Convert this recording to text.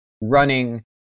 running